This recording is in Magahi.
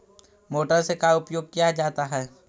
मोटर से का उपयोग क्या जाता है?